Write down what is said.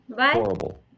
horrible